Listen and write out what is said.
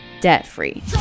debt-free